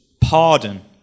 pardon